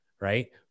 Right